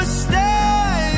stay